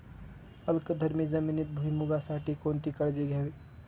अल्कधर्मी जमिनीत भुईमूगासाठी कोणती काळजी घ्यावी?